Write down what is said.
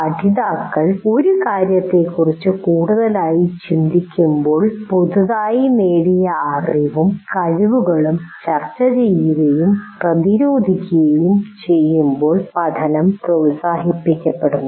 പഠിതാക്കൾ ഒരു കാര്യത്തെക്കുറിച്ച് കൂടുതലായി ചിന്തിക്കുമ്പോൾ പുതുതായി നേടിയ അറിവും കഴിവുകളും ചർച്ചചെയ്യുകയും പ്രതിരോധിക്കുകയും ചെയ്യുമ്പോൾ പഠനം പ്രോത്സാഹിപ്പിക്കപ്പെടുന്നു